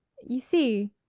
you see,